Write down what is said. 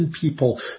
people